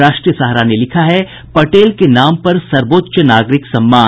राष्ट्रीय सहारा ने लिखा है पटेल के नाम पर सर्वोच्च नागरिक सम्मान